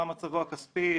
מה מצבו הכספי,